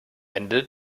ende